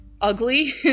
ugly